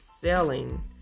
selling